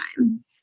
time